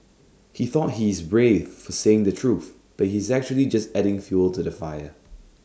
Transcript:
he thought he's brave for saying the truth but he's actually just adding fuel to the fire